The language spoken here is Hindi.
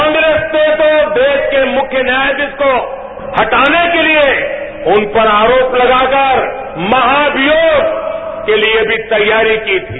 कांग्रेस को तो देश के मुख्य न्यायावीश को हटाने के लिए उन पर आरोप लगाकर महामियोग के लिए भी तैयारी की थी